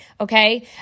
okay